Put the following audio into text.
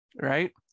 right